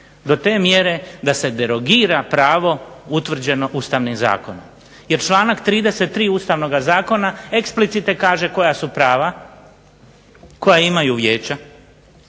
do te mjere da se derogira pravo utvrđeno Ustavnim zakonom. Jer članak 33. Ustavnoga zakona eksplicite kaže koja su prava koja imaju vijeća,